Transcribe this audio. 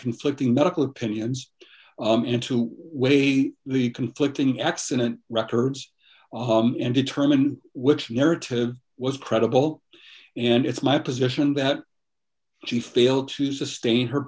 conflicting medical opinions into weigh the conflicting accident records and determine which narrative was credible and it's my position that she failed to sustain her